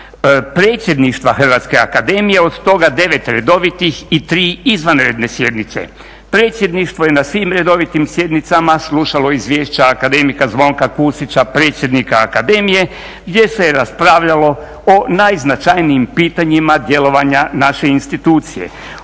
Predsjedništva HAZU, od toga 9 redovitih i 3 izvanredne sjednice. Predsjedništvo je na svim redovitim sjednicama slušalo izvješća akademika Zvonka Kusića, predsjednika akademije gdje se raspravljalo o najznačajnijim pitanjima djelovanja naše institucije,